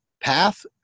path